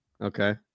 Okay